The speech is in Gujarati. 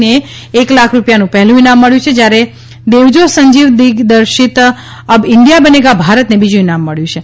ને એક લાખ રૂપિયાનું પહેલું ઇનામ મબ્યું છે જ્યારે દેવજો સંજીવ દિગ્દર્શિત અબ ઇન્ડિયા બનેગા ભારતને બીજું ઇનામ મળ્યું છે